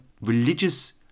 religious